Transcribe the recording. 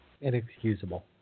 inexcusable